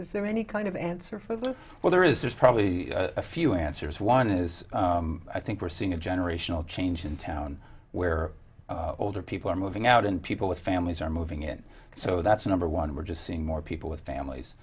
is there any kind of answer for well there is there's probably a few answers why it is i think we're seeing a generational change in town where older people are moving out and people with families are moving in so that's number one we're just seeing more people with families